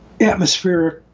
atmospheric